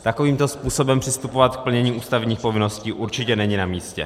Takovýmto způsobem přistupovat k plnění ústavních povinností určitě není namístě.